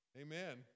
Amen